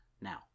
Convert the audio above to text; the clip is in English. Now